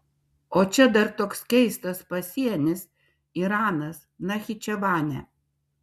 o čia dar toks keistas pasienis iranas nachičevanė